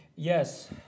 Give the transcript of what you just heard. Yes